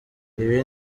ibi